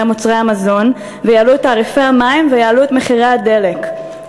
מוצרי המזון ויעלו את תעריפי המים ויעלו את מחירי הדלק.